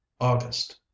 August